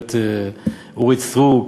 גברת אורית סטרוק